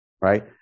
right